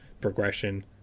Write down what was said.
progression